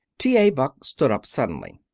t. a. buck stood up suddenly.